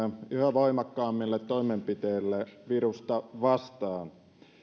voimakkaammille toimenpiteille virusta vastaan ja